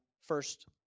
first